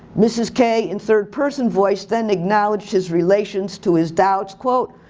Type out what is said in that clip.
mrs. k in third person voice then acknowledged his relations to his doubts, quote,